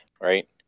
right